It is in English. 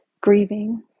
grieving